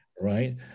right